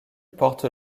porte